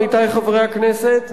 עמיתי חברי הכנסת,